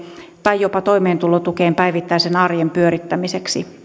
tai jopa toimeentulotukeen päivittäisen arjen pyörittämiseksi